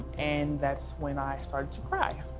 and that's when i started to cry.